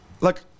look